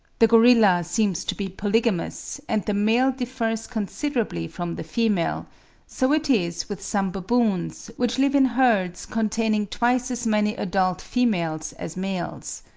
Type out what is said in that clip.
the gorilla seems to be polygamous, and the male differs considerably from the female so it is with some baboons, which live in herds containing twice as many adult females as males.